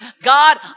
God